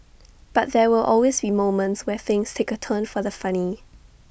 but there will always be moments where things take A turn for the funny